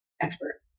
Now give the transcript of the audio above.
expert